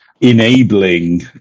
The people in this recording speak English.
enabling